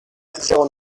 zéro